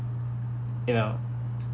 you know